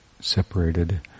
separated